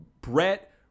Brett